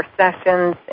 sessions